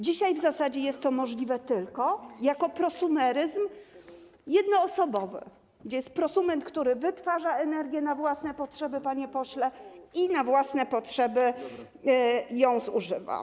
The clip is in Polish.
Dzisiaj w zasadzie jest to możliwe tylko w postaci prosumeryzmu jednoosobowego, gdzie jest prosument, który wytwarza energię na własne potrzeby, panie pośle, i na własne potrzeby ją zużywa.